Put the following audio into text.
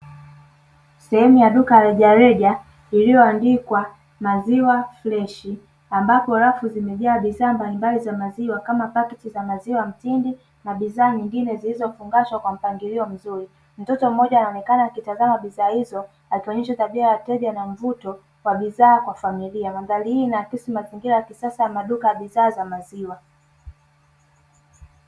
Sehemu ya duka la rejareja lililoandikwa maziwa freshi ambapo rafu zimejaa bidhaa mbalimbali za maziwa kama paketi za maziwa mtindi na bidhaa nyingine zilizofungashwa kwa mpangilio mzuri. Mtoto mmoja anaonekana akitazama bidhaa hizo akionyesha tabia ya mteja na mvuto wa bidhaa kwa familia. Mandhari hii inaakisi mazingira ya kisasa ya maduka ya bidhaa za maziwa.